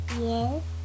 Yes